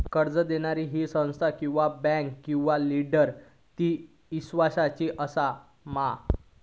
कर्ज दिणारी ही संस्था किवा बँक किवा लेंडर ती इस्वासाची आसा मा?